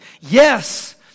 yes